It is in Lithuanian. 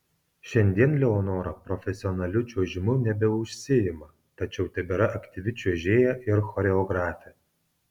šiandien leonora profesionaliu čiuožimu nebeužsiima tačiau tebėra aktyvi čiuožėja ir choreografė